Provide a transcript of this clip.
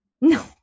No